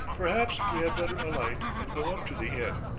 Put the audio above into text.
perhaps we had better alight and go up to the inn.